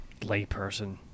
Layperson